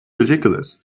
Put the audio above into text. ridiculous